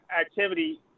activity